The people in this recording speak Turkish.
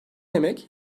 yemek